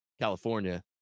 California